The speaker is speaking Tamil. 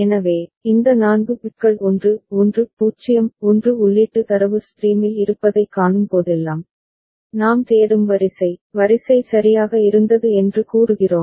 எனவே இந்த 4 பிட்கள் 1 1 0 1 உள்ளீட்டு தரவு ஸ்ட்ரீமில் இருப்பதைக் காணும்போதெல்லாம் நாம் தேடும் வரிசை வரிசை சரியாக இருந்தது என்று கூறுகிறோம்